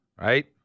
Right